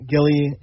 Gilly